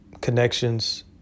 connections